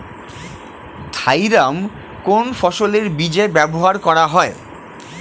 Thiram কোন ফসলের বীজে ব্যবহার করা হয়?